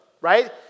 right